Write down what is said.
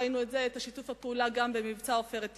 וראינו את זה גם במבצע "עופרת יצוקה".